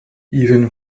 even